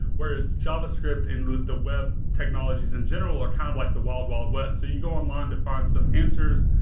whereas javascript and the web technologies in general are kind of like the wild wild west. you go online to find some answers,